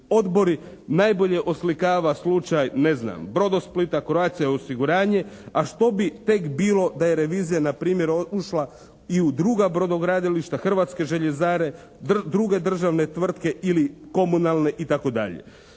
odbori najbolje oslikava slučaj, ne znam, Brodosplita, Croatia osiguranje a što bi tek bilo da je revizija na primjer ušla i u druga brodogradilišta, Hrvatske željezare, druge državne tvrtke ili komunalne i